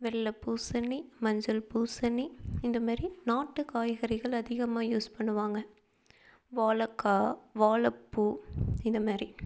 வெள்ளை பூசணி மஞ்சள் பூசணி இந்த மாரி நாட்டு காய்கறிகள் அதிகமாக யூஸ் பண்ணுவாங்க வாழைக்கா வாழைப்பூ இந்த மாரி